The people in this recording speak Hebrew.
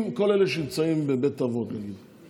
אם כל אלה שנמצאים בבית אבות סיעודיים,